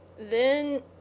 Then